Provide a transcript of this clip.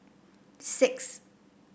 six